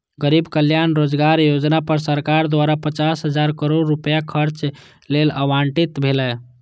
गरीब कल्याण रोजगार योजना पर सरकार द्वारा पचास हजार करोड़ रुपैया खर्च लेल आवंटित भेलै